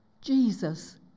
Jesus